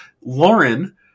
Lauren